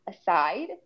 aside